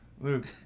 Luke